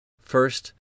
First